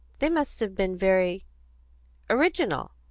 they must have been very original.